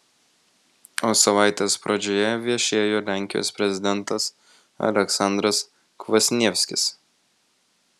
o savaitės pradžioje viešėjo lenkijos prezidentas aleksandras kvasnievskis